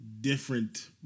different